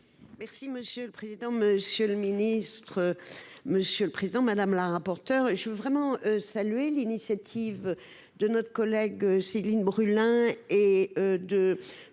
Merci monsieur le président, monsieur le ministre. Monsieur le président, madame la rapporteure et suis vraiment saluer l'initiative de notre collègue Céline Brulin, et de